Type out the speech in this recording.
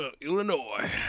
Illinois